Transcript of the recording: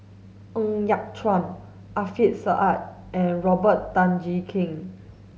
Ng Yat Chuan Alfian Sa'at and Robert Tan Jee Keng